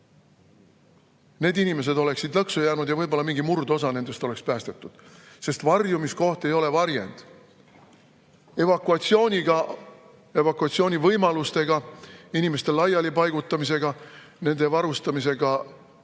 Need inimesed oleksid lõksu jäänud ja võib-olla mingi murdosa nendest oleks päästetud. Varjumiskoht ei ole varjend evakuatsioonivõimalustega, inimeste laialipaigutamisega, nende varustamisega